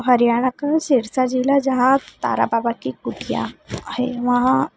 हरयाणा का शेरशाह ज़िला जहाँ तारा बाबा की कुटिया है वहाँ